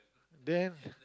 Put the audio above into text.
then